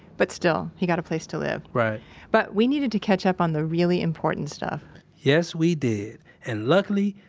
but still, he got a place to live right but we needed to catch up on the really important stuff yes we did. and luckily,